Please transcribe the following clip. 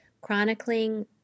chronicling